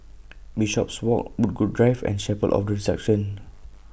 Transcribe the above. Bishopswalk Woodgrove Drive and Chapel of The Resurrection